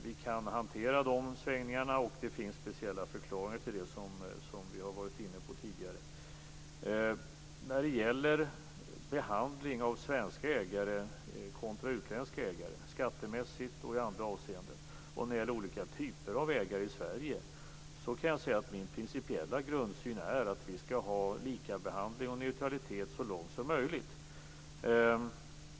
Vi kan hantera dem, och det finns speciella förklaringar till dem, som vi varit inne på tidigare. När det gäller behandling av svenska ägare kontra utländska ägare skattemässigt och i andra avseenden och olika typer av ägande i Sverige är min principiella grundsyn att vi skall ha likabehandling och neutralitet så långt som möjligt.